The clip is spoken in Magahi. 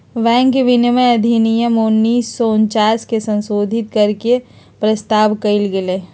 बैंक विनियमन अधिनियम उन्नीस सौ उनचास के संशोधित कर के के प्रस्ताव कइल गेलय